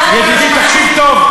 ידידי, תקשיב טוב.